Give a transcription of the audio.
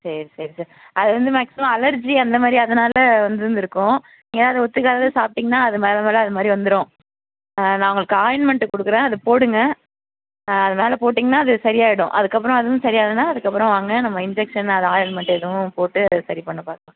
சரி சரி சார் அது வந்து மேக்ஸிமம் அலர்ஜி அந்தமாதிரி அதனால் வந்திருந்திருக்கும் ஏதாவது ஒத்துக்காததை சாப்பிட்டிங்கன்னா அது மேலே மேலே அதுமாதிரி வந்துடும் நான் உங்களுக்கு ஆயின்மெண்ட் கொடுக்குறேன் அதை போடுங்கள் அது மேலே போட்டிங்கன்னா அது சரி ஆகிடும் அதுக்கப்புறம் அதுவும் சரியாகலைனா அதுக்கப்புறம் வாங்க நம்ம இன்ஜெக்ஷன் அது ஆயின்மெண்ட் எதுவும் போட்டு சரி பண்ண பார்க்கலாம்